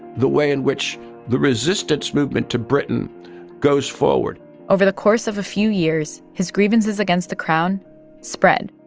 the way in which the resistance movement to britain goes forward over the course of a few years, his grievances against the crown spread.